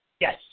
Yes